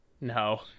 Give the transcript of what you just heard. No